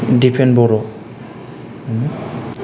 Dipen Bodo